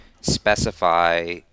specify